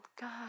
God